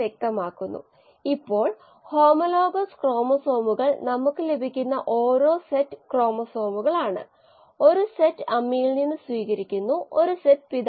പ്രത്യേകിച്ചും ഈ ആശയങ്ങൾ ചിലത് ഒരു ബാച്ച് സിസ്റ്റത്തിന്റെ കാഴ്ചപ്പാടിൽ നിന്ന് സ്കൂൾ തലത്തിൽ നമുക്ക് പരിചയപ്പെടുത്തിയതിനാൽ ഇത് ചില ഏകദേശ കണക്കുകളിൽ പ്രവർത്തിക്കുന്നു പക്ഷേ എല്ലാ സാഹചര്യങ്ങളിലും അല്ല പ്രത്യേകിച്ച് തുടർച്ചയായ ഒരു കേസിലല്ല